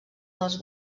dels